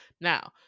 now